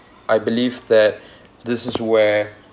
I believe that this is where